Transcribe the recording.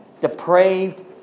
depraved